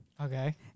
Okay